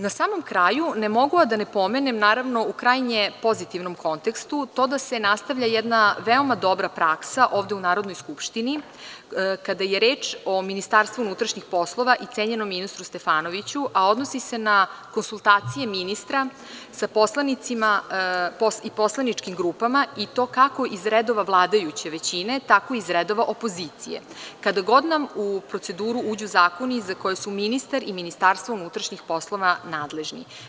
Na samom kraju, ne mogu a da ne pomenem, naravno, u krajnje pozitivnom kontekstu, to da se nastavlja jedna veoma dobra praksa ovde u Narodnoj skupštini, kada je reč o MUP i cenjenom ministru Stefanoviću, a odnosi se na konsultacije ministra sa poslanicima i poslaničkim grupama, i to kako iz redova vladajuće većine, tako iz redova opozicije kada god nam u proceduru uđu zakoni za koje su ministar i MUP nadležni.